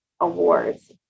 awards